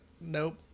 Nope